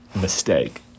mistake